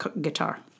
guitar